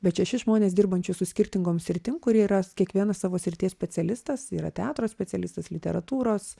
bet šešis žmones dirbančius su skirtingom sritim kurie yra kiekvienas savo srities specialistas yra teatro specialistas literatūros